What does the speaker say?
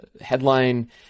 headline